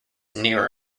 nearer